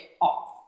off